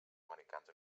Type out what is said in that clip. americans